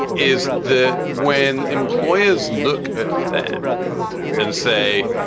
is the when employers look at them and say,